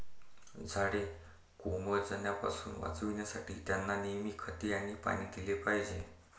झाडे कोमेजण्यापासून वाचवण्यासाठी, त्यांना नेहमी खते आणि पाणी दिले पाहिजे